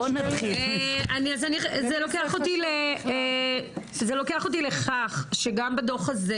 זה לוקח אותי לכך שגם בדוח הזה,